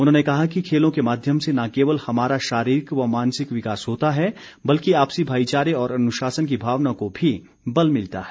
उन्होंने कहा कि खेलों के माध्यम से न केवल हमारा शारीरिक व मानसिक विकास होता है बल्कि आपसी भाईचारे और अनुशासन की भावना को भी बल मिलता है